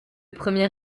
premier